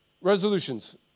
Resolutions